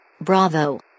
Bravo